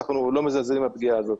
ואנחנו לא מזלזלים בפגיעה הזאת.